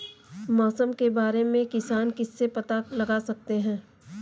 मौसम के बारे में किसान किससे पता लगा सकते हैं?